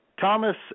Thomas